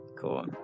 cool